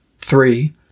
Three